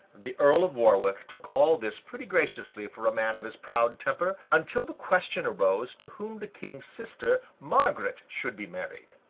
the earl of warwick took all this pretty graciously for a man of his proud temper, until the question arose to whom the king's sister, margaret, should be married.